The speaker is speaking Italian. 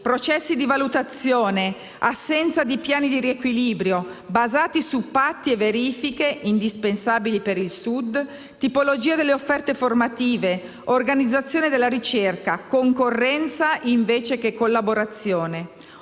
processi di valutazione, assenza di piani di riequilibrio basati su patti e verifiche (indispensabili per il Sud), tipologie delle offerte formative, organizzazione della ricerca, concorrenza invece che collaborazione.